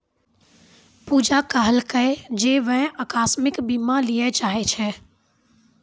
पूजा कहलकै जे वैं अकास्मिक बीमा लिये चाहै छै